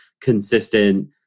consistent